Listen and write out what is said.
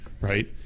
right